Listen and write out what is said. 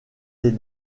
des